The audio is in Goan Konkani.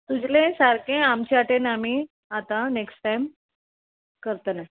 तुजेले सारकें आमचे आटेन आमी आतां नॅक्स्ट टायम करतले